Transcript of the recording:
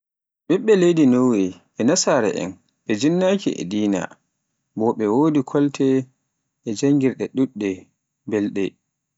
ɓiɓɓe leydi Nowe, ɓe nasara'en ɓe jinnaki e dina, bo ɓe wodi kolte e janngirde ɗuɗɗe belde.